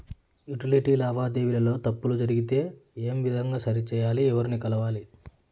Utility లావాదేవీల లో తప్పులు జరిగితే ఏ విధంగా సరిచెయ్యాలి? ఎవర్ని కలవాలి?